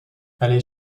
allez